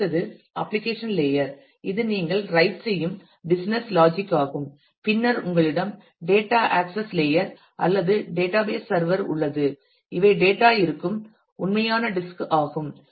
அடுத்தது application layer இது நீங்கள் ரைட் செய்யும் பிசினஸ் லாஜிக் ஆகும் பின்னர் உங்களிடம் டேட்டா ஆக்சஸ் access லேயர் அல்லது டேட்டாபேஸ் சர்வர் உள்ளது இவை டேட்டா இருக்கும் உண்மையான டிஸ்க் ஆகும்